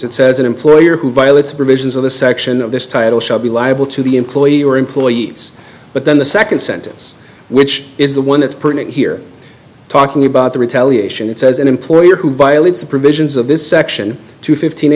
it says an employer who violates provisions of the section of this title shall be liable to the employee or employees but then the second sentence which is the one that's printed here talking about the retaliation it says an employer who violates the provisions of this section two fift